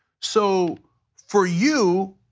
so for you,